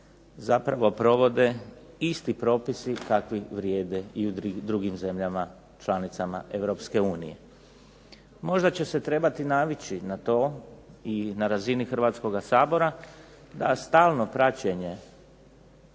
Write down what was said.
zapravo provode isti propisi kakvi vrijede i u drugim zemljama članicama EU. Možda će se trebati navići na to i na razini Hrvatskoga sabora stalno praćenje